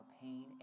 pain